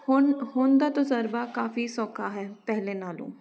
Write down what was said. ਹੁਣ ਹੁਣ ਦਾ ਤਜਰਬਾ ਕਾਫ਼ੀ ਸੌਖਾ ਹੈ ਪਹਿਲਾਂ ਨਾਲੋਂ